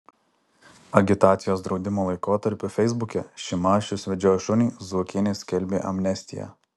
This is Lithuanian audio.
agitacijos draudimo laikotarpiu feisbuke šimašius vedžiojo šunį zuokienė skelbė amnestiją